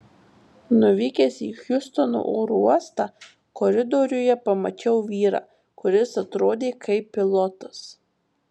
nuvykęs į hjustono oro uostą koridoriuje pamačiau vyrą kuris atrodė kaip pilotas